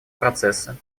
процесса